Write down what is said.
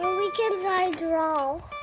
weekends, i draw. i